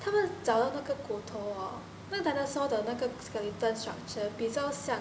他们找到那个骨头 hor 那 dinosaur 的那个 skeleton structure 比较像